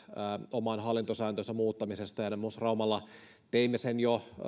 oman hallintosääntönsä muuttamisesta ja muun muassa myös raumalla teimme sen jo